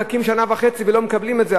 מחכים שנה וחצי ולא מקבלים את זה.